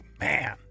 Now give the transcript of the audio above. man